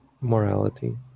morality